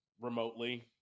remotely